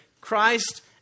Christ